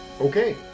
Okay